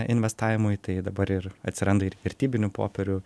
investavimui tai dabar ir atsiranda ir vertybinių popierių